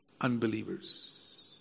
Unbelievers